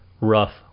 rough